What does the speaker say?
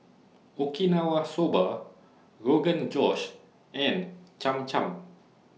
Okinawa Soba Rogan Josh and Cham Cham